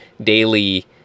daily